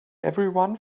everyone